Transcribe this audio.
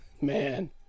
Man